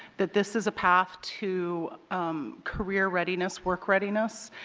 that this is a path to career readiness work readiness.